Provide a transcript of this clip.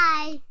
Bye